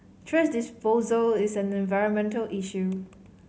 thrash disposal is an environmental issue